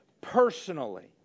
personally